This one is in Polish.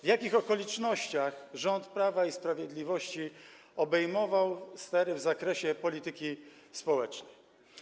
w jakich okolicznościach rząd Prawa i Sprawiedliwości obejmował stery w zakresie polityki społecznej.